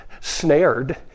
snared